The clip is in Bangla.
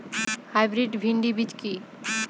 হাইব্রিড ভীন্ডি বীজ কি?